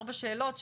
ארבע שאלות,